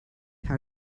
how